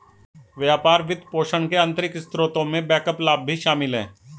व्यापार वित्तपोषण के आंतरिक स्रोतों में बैकअप लाभ भी शामिल हैं